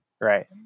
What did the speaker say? right